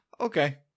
Okay